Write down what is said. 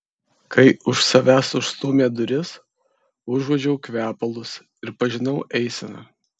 kai už savęs užstūmė duris užuodžiau kvepalus ir pažinau eiseną